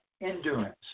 endurance